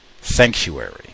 sanctuary